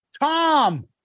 Tom